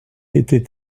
était